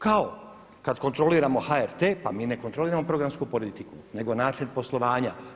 Kao kad kontroliramo HRT pa mi ne kontroliramo programsku politiku, nego način poslovanja.